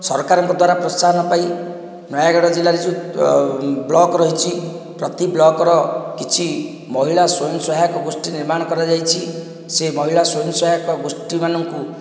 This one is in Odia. ସରକାରଙ୍କ ଦ୍ୱାରା ପ୍ରୋତ୍ସାହନ ପାଇ ନୟାଗଡ଼ ଜିଲ୍ଲାରେ ଯେଉଁ ବ୍ଲକ ରହିଛି ପ୍ରତ୍ୟେକ ବ୍ଲକର କିଛି ମହିଳା ସ୍ୱୟଂ ସହାୟକଗୋଷ୍ଠି ନିର୍ମାଣ କରାଯାଇଛି ସେ ମହିଳା ସ୍ୱୟଂ ସହାୟକଗୋଷ୍ଠି ମାନଙ୍କୁ